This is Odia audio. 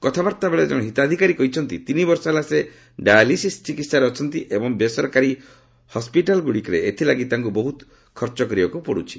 କଥାବାର୍ତ୍ତା ବେଳେ ଜଣେ ହିତାଧିକାରୀ କହିଛନ୍ତି ତିନି ବର୍ଷ ହେଲା ସେ ଡାୟାଲିସିସ୍ ଚିକିହାରେ ଅଛନ୍ତି ଏବଂ ବେସରକାରୀ ହସ୍କିଟାଲ୍ଗୁଡ଼ିକରେ ଏଥିଲାଗି ତାଙ୍କୁ ବହୁତ ଖର୍ଚ୍ଚ କରିବାକୁ ପଡ଼ୁଛି